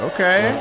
Okay